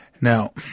Now